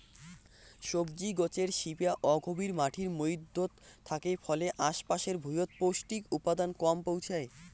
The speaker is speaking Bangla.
সবজি গছের শিপা অগভীর মাটির মইধ্যত থাকে ফলে আশ পাশের ভুঁইয়ত পৌষ্টিক উপাদান কম পৌঁছায়